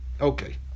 Okay